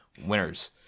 Winners